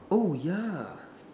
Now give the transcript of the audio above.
oh yeah